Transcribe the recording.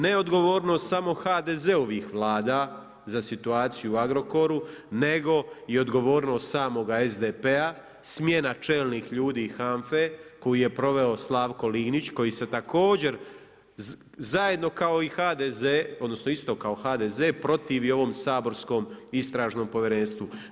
Ne odgovornost samo HDZ-ovih vlada za situaciju u Agrokoru nego i odgovornost samoga SDP-a, smjena čelnih ljudi HANFA-e koju je proveo Slavko Linić koji se također zajedno kao i HDZ, odnosno isto kao HDZ protivi ovom saborskom Istražnom povjerenstvu.